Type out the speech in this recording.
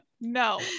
No